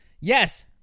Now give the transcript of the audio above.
Yes